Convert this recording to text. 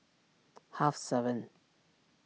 half seven